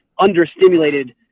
understimulated